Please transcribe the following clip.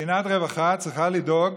מדינת רווחה צריכה לדאוג